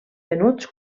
venuts